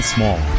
Small